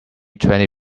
twenty